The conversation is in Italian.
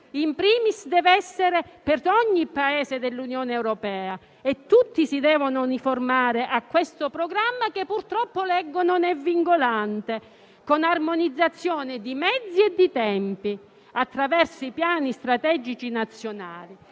*in primis* deve essere per ogni Paese dell'Unione europea e tutti si devono uniformare a questo programma - purtroppo leggo che non è vincolante - con armonizzazione di mezzi e di tempi, attraverso i piani strategici nazionali.